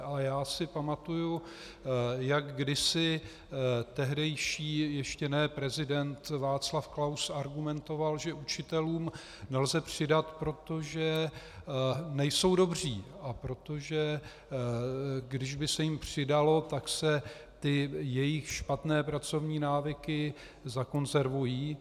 Ale já si pamatuji, jak kdysi tehdejší ještě ne prezident Václav Klaus argumentoval, že učitelům nelze přidat, protože nejsou dobří, a protože když by se jim přidalo, tak se ty jejich špatné pracovní návyky zakonzervují.